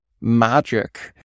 magic